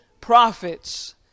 prophets